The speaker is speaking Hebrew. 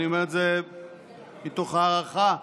אני אומר את זה מתוך הערכה לכישרונו,